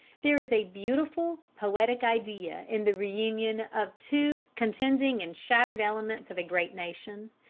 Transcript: there is a beautiful, poetic idea in the reunion of two contending and shattered elements of a great nation.